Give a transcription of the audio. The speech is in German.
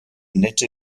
nette